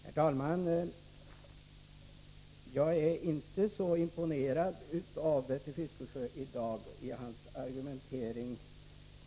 Herr talman! Jag är inte så imponerad av Bertil Fiskesjös argumentering i dag.